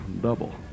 double